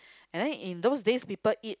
and then in those days people eat